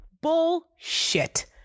Bullshit